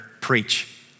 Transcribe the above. preach